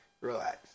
Relax